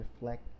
reflect